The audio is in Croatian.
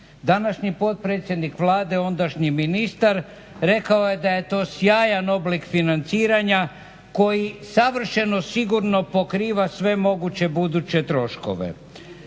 današnji potpredsjednik Vlade, ondašnji ministar, rekao je da je to sjajan oblik financiranja koji savršeno sigurno pokriva sve moguće buduće troškove.